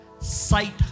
sight